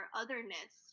otherness